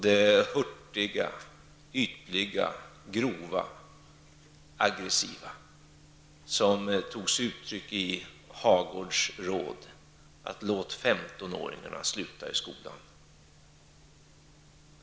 Det hurtiga, ytliga, grova och aggressiva tog sig uttryck i Hagårds råd att låta femtonåringar sluta i skolan.